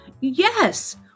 Yes